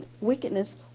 wickedness